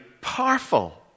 powerful